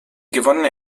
gewonnene